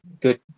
good